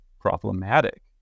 problematic